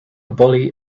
bully